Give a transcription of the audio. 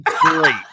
great